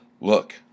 Look